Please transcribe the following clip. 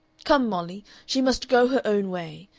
come, molly, she must go her own way.